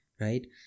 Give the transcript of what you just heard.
right